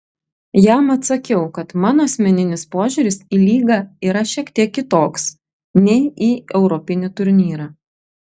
jam atsakiau kad mano asmeninis požiūris į lygą yra šiek tiek kitoks nei į europinį turnyrą